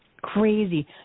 crazy